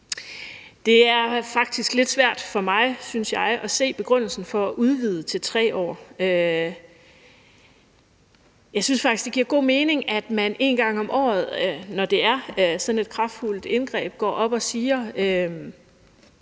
Det er lidt svært for mig, synes jeg, at se begrundelsen for at udvide til 3 år. Jeg synes faktisk, det giver god mening, at man en gang om året, når det er sådan et kraftfuldt indgreb, tager